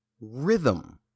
rhythm